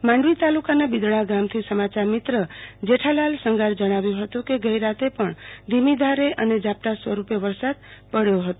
માંડવી તાલુ કાના બીદડા ગામથી સમાચાર મિત્ર જેઠાલાલ સંઘારે જણાવ્યુ હતું કેગઈરાતે પણ ધીમી અને ઝાપટા સ્વરૂપે વરસાદ પડયો છે